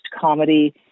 comedy